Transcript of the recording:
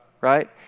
right